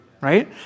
right